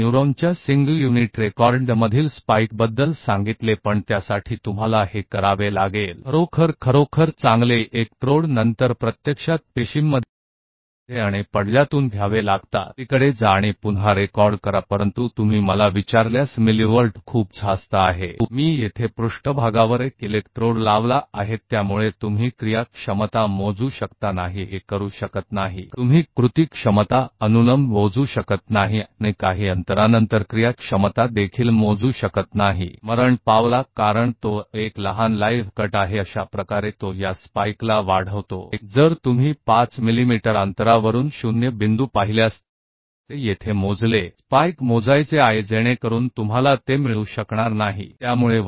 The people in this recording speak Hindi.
न्यूरॉन की सिंगल यूनिट रिकॉर्डिंग मेआपको स्पाइक के बारे में बताया था लेकिन इसके लिए आपको वास्तव में बहुत ही बढ़िया इलेक्ट्रोड को लेना होता है फिर वास्तव में कोशिकाओं में और मेंब्रेन से परे जाना चाहिए और फिर रिकॉर्ड करिए लेकिन यह एक मिलि वोल्ट बहुत अधिक है अगर आप मुझसे पूछते हैं मैं यहां सतह पर एक इलेक्ट्रोड लगाता हूं तो क्या आप एक्शन पोटेंशिअल माप सकते हैं नहीं यह नहीं हो सकता है एक्शन पोटेंशिअल भी आप इसे vertically नहीं माप सकते हैं लेकिन यह कुछ दूरी के बाद एक्शन पोटेंशिअल भी मर जाता है क्योंकि यह एक छोटा लाइव कट है इस तरह यह स्स्पाइक है यह स्पाइक यदि आप हैं तो इसे यहां मापेंगे यदि आप 05 मिलीमीटर दूर से स्पाइक मापना चाहते हैं तो आप इसे प्राप्त नहीं कर पाएंगे